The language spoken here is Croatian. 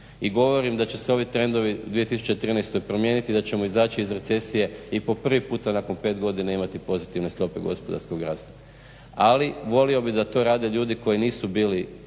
i govorim da će se ovi trendovi u 2013.godine promijeniti i da ćemo izaći iz recesije i po prvi puta imati pozitivne stope gospodarskog rasta. Ali volio bih da to rade ljudi koji nisu bili